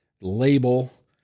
label